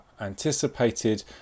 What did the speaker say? anticipated